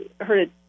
heard